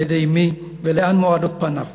על-ידי מי ולאן מועדות פניו.